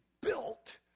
built